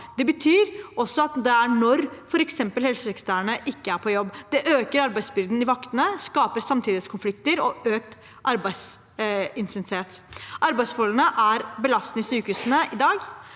det betyr også når det f.eks. ikke er helsesekretærer på jobb. Det øker arbeidsbyrden til vaktene, skaper samtidighetskonflikter og økt arbeidsintensitet. Arbeidsforholdene er belastende i sykehusene i dag,